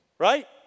Right